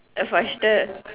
faster